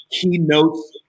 keynotes